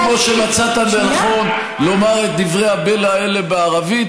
בדיוק כמו שמצאת לנכון לומר את דברי הבלע האלה בערבית,